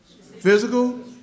Physical